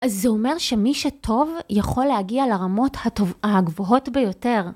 אז זה אומר שמי שטוב יכול להגיע לרמות הגבוהות ביותר.